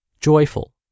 joyful